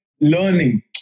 learning